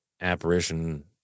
apparition